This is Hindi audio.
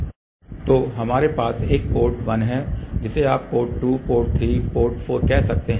तो यहां हमारे पास एक पोर्ट 1 है जिसे आप पोर्ट 2 पोर्ट 3 पोर्ट 4 कह सकते हैं